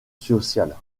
sociales